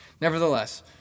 Nevertheless